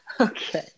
Okay